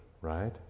right